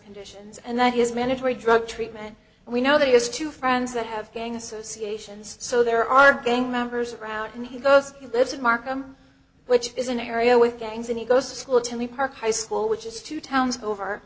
conditions and that is mandatory drug treatment and we know that he has two friends that have gang associations so there are gang members around and he goes he lives in markham which is an area with gangs and he goes to school to me park high school which is two towns go over